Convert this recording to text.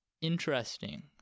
interesting